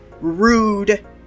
rude